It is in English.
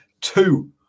two